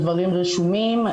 הדברים רשומים,